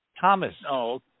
Thomas